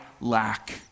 lack